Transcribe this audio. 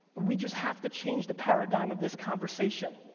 we just have to change the paradigm of this conversation.